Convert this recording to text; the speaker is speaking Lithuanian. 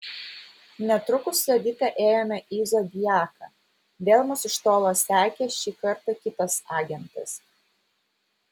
netrukus su edita ėjome į zodiaką vėl mus iš tolo sekė šį kartą kitas agentas